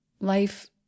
Life